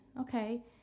okay